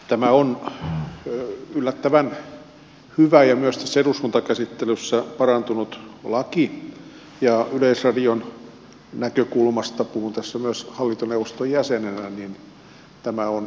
tämä on yllättävän hyvä ja myös tässä eduskuntakäsittelyssä parantunut laki ja yleisradion näkökulmasta puhun tässä myös hallintoneuvoston jäsenenä tämä on tervetullut